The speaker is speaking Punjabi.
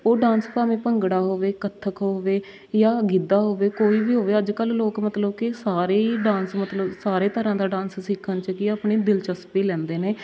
ਉਹ ਡਾਂਸ ਭਾਵੇਂ ਭੰਗੜਾ ਹੋਵੇ ਕੱਥਕ ਹੋਵੇ ਜਾਂ ਗਿੱਧਾ ਹੋਵੇ ਕੋਈ ਵੀ ਹੋਵੇ ਅੱਜ ਕੱਲ੍ਹ ਲੋਕ ਮਤਲਬ ਕਿ ਸਾਰੇ ਹੀ ਡਾਂਸ ਮਤਲਬ ਸਾਰੇ ਤਰ੍ਹਾਂ ਦਾ ਡਾਂਸ ਸਿੱਖਣ 'ਚ ਕੀ ਆ ਆਪਣੀ ਦਿਲਚਸਪੀ ਲੈਂਦੇ ਨੇ